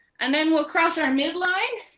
and then we'll cross our midline.